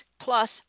plus